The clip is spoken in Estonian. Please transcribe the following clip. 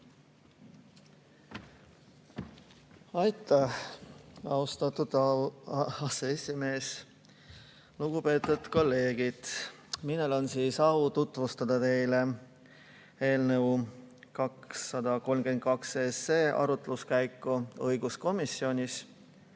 Aitäh, austatud aseesimees! Lugupeetud kolleegid! Minul on au tutvustada teile eelnõu 232 arutluskäiku õiguskomisjonis.